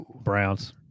Browns